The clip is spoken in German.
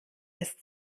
ist